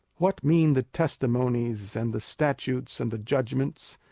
what mean the testimonies, and the statutes, and the judgments,